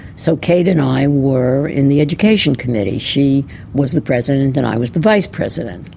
so kate and i were in the education committee, she was the president and i was the vice president,